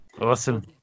Awesome